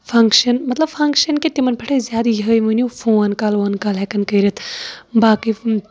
function مطلب function کہِ تِمن پٮ۪ٹھ ٲسۍ زیادٕ یِہٲے مٲنیو فون کال وون کال ہیٚکان کٔرِتھ باقٕے